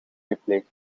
gepleegd